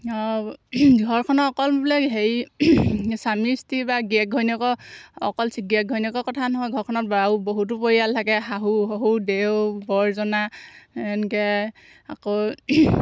ঘৰখনৰ অকল বোলে হেৰি স্বামী স্ত্ৰী বা গিৰীয়েক ঘৈণীয়েকৰ অকল গিৰীয়েক ঘৈণীয়েকৰ কথা নহয় ঘৰখনত আৰু বহুতো পৰিয়াল থাকে শাহু শহু দেও বৰজনা এনেকৈ আকৌ